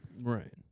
Right